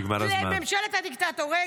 אל ממשלת הדיקטטור.